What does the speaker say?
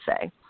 say